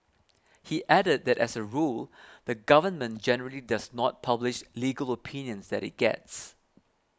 he added that as a rule the Government generally does not publish legal opinions that it gets